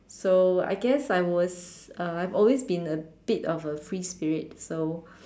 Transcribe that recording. so I guess I was uh I've always been a bit of a free spirit so